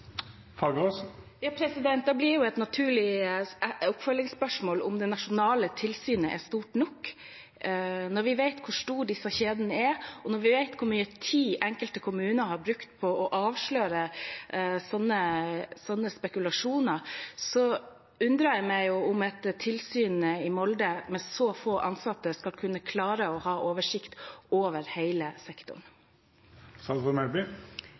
blir jo et naturlig oppfølgingsspørsmål om det nasjonale tilsynet er stort nok. Når vi vet hvor store disse kjedene er, og når vi vet hvor mye tid enkelte kommuner har brukt på å avsløre slike spekulasjoner, undrer jeg på om et tilsyn i Molde, med så få ansatte, skal kunne klare å ha oversikt over